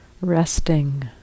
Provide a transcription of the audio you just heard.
resting